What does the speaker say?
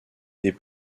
des